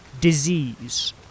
disease